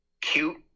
cute